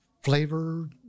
flavor